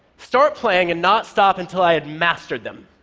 start playing and not stop until i had mastered them.